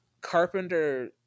Carpenter